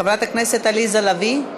חברת הכנסת עליזה לביא.